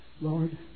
Lord